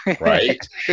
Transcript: Right